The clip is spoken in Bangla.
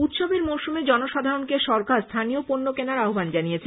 উৎসবের মরশুমে জনসাধারণকে সরকার স্থানীয় পণ্য কেনার আহ্বান জানিয়েছে